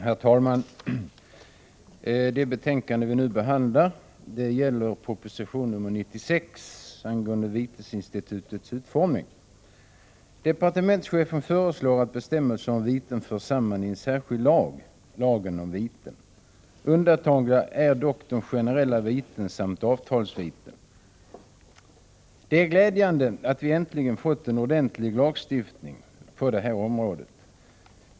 Herr talman! Det betänkande som vi nu behandlar gäller proposition nr 96 angående vitesinstitutets utformning. Departementschefen föreslår att bestämmelser om viten förs samman i en särskild lag, Lagen om viten. Undantagna är dock generella viten samt avtalsviten. Det är glädjande att vi äntligen får en ordentlig lagstiftning på detta område.